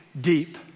deep